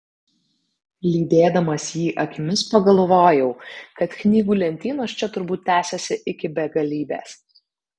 lydėdamas jį akimis pagalvojau kad knygų lentynos čia turbūt tęsiasi iki begalybės